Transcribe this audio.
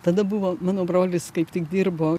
tada buvo mano brolis kaip tik dirbo